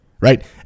right